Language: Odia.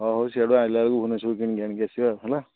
ହଉ ହଉ ସିଆଡ଼ୁ ଆଇଲା ବେଳକୁ ଭୁବନେଶ୍ଵରରୁ କିଣିକି ଆଣିକି ଆସିବା ଆଉ